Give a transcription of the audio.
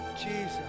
Jesus